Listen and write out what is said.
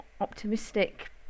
optimistic